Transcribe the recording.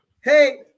hey